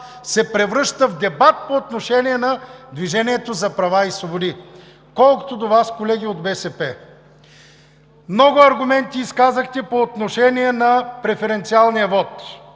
се превръща в дебат по отношение на „Движението за права и свободи“. Колкото до Вас, колеги от БСП, много аргументи изказахте по отношение на преференциалния вот.